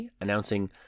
announcing